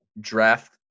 draft